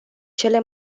cele